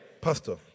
Pastor